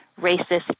racist